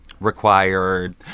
Required